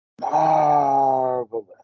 marvelous